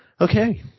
Okay